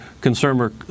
consumer